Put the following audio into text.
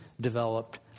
developed